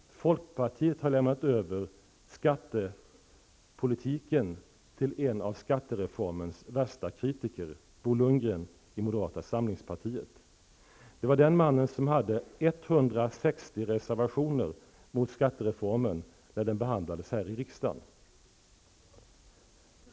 Folkpartiet har lämnat över skattepolitiken till en av skattereformens värsta kritiker, Bo Lundgren i moderata samlingspartiet. Det var den mannen som hade 160 reservationer mot skattereformen när den behandlades här i riksdagen.